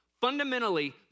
Fundamentally